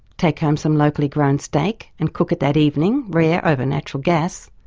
take home some locally grown steak and cook it that evening, rare yeah over natural gas,